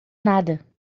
nada